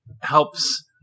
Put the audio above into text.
helps